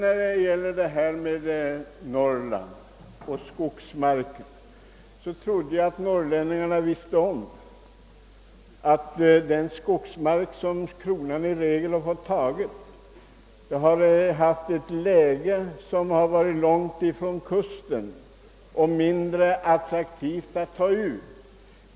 Vad gäller skogsmarken i Norrland trodde jag att norrlänningarna visste att den skogsmark som kronan äger i regel ligger långt från kusten i lägen som är mindre attraktiva.